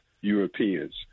Europeans